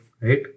right